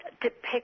depict